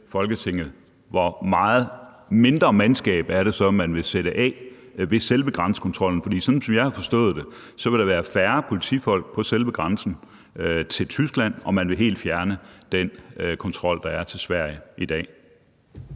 hvor meget mindre mandskab det så er, man vil afsætte ved selve grænsekontrollen. For sådan som jeg har forstået det, vil der være færre politifolk på selve grænsen til Tyskland, og man vil helt fjerne den kontrol, der er til Sverige i dag.